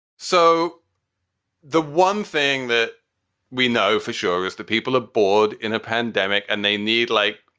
so the one thing that we know for sure is that people are bored in a pandemic and they need, like,